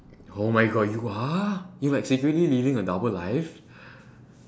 oh my god you are you're like secretly living a double life